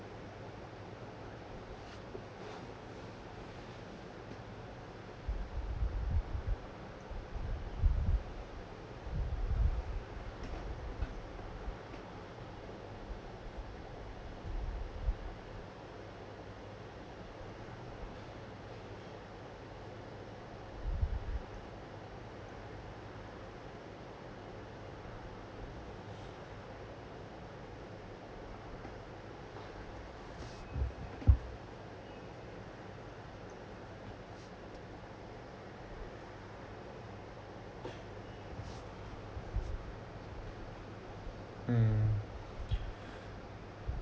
mm